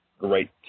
right